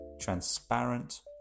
transparent